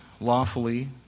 lawfully